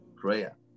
Prayer